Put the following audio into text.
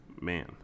man